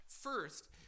First